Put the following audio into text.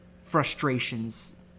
frustrations